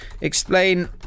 Explain